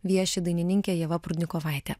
vieši dainininkė ieva prudnikovaitė